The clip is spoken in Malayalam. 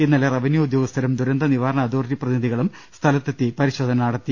ഇന്നലെ റവന്യൂ ഉദ്യോ ഗസ്ഥരും ദുരന്ത നിവാരണ അതോറിറ്റി പ്രതിനിധികളും സ്ഥലത്തെത്തി പരി ശോധന നടത്തി